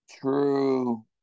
true